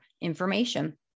information